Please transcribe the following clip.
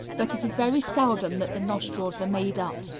but it is very seldom that the nostrils are made up.